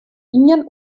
ien